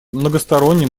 многосторонним